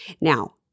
Now